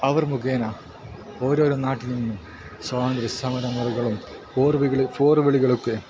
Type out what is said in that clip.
അവർ മുഖേന ഓരോരോ നാട്ടിൽ നിന്ന് സ്വാതന്ത്ര്യസമര മുറകളും പോർവിളികളുമൊക്കെ